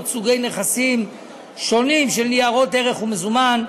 סוגי נכסים שונים של ניירות ערך ומזומן,